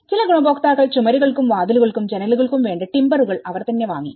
ചില ഗുണഭോക്താക്കൾ ചുമരുകൾക്കും വാതിലുകൾക്കും ജനലുകൾക്കും വേണ്ട ടിമ്പറുകൾ അവർ തന്നെ വാങ്ങി